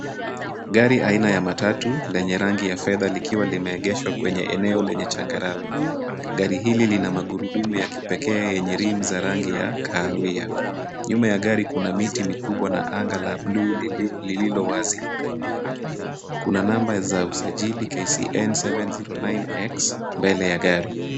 Gari aina ya matatu lenye rangi ya fedha likiwa limeegeshwa kwenye eneo lenye changarawe. Gari hili lina magurudumu ya kipekee yenye rims za rangi ya kahawia. Nyuma ya gari kuna miti mikubwa na anga la bluu lililo wazi. Kuna namba za usajili KCN 709X, mbele ya gari.